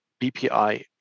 BPI